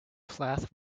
plath